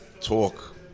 talk